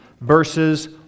verses